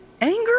Anger